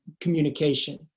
communication